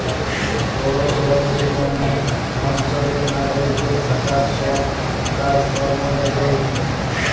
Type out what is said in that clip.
পৌরসভা যে কোন অঞ্চলের নাগরিকদের থাকার সব কাজ কর্ম দ্যাখে